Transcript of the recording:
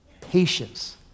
patience